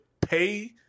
pay